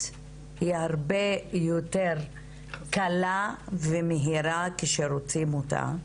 היא הרבה יותר קלה ומהירה כשרוצים אותה,